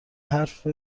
حرف